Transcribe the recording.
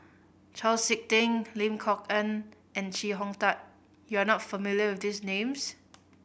Chau Sik Ting Lim Kok Ann and Chee Hong Tat you are not familiar with these names